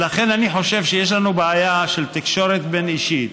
לכן אני חושב שיש לנו בעיה של תקשורת בין-אישית.